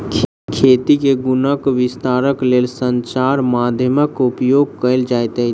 खेती के गुणक विस्तारक लेल संचार माध्यमक उपयोग कयल जाइत अछि